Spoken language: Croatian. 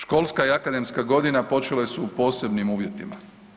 Školska i akademska godina počele su u posebnim uvjetima.